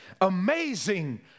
amazing